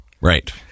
Right